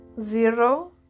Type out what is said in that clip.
zero